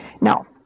Now